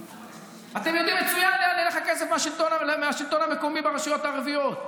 אתם יודעים מצוין לאן ילך הכסף מהשלטון המקומי ברשויות הערביות.